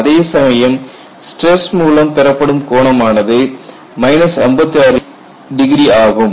அதே சமயம் ஸ்டிரஸ் மூலம் பெறப்படும் கோணம் ஆனது 56° ஆகும்